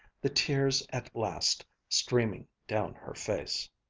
the tears at last streaming down her face.